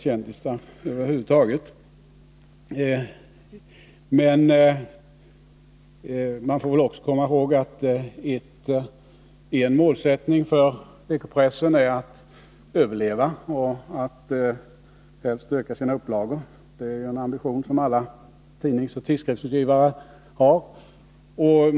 kändisar över huvud taget, men man får också komma ihåg att en målsättning för veckopressen är att överleva och att helst öka sina upplagor. Det är en ambition som alla tidningsoch tidskriftsutgivare har.